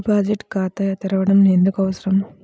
Deposit ఖాతా తెరవడం ఎందుకు అవసరం?